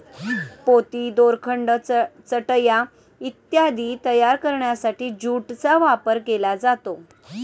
पोती, दोरखंड, चटया इत्यादी तयार करण्यासाठी ज्यूटचा वापर केला जातो